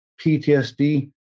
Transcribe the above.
PTSD